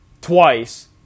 twice